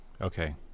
Okay